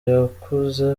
yakuze